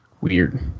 Weird